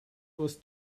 was